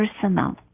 Personal